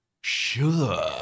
Sure